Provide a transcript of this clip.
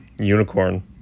Unicorn